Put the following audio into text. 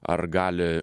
ar gali